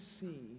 see